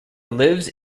lives